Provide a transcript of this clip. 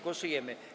Głosujemy.